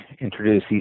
introduce